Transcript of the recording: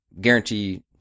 Guarantee